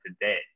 today